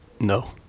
No